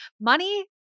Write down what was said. money